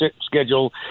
schedule